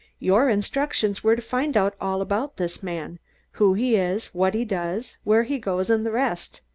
your instructions were to find out all about this man who he is, what he does, where he goes, and the rest.